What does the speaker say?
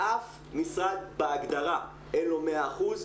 אף משרד בהגדרה אין לו מאה אחוז,